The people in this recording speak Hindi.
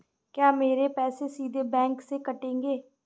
क्या मेरे पैसे सीधे बैंक से कटेंगे?